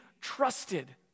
trusted